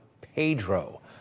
Pedro